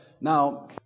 Now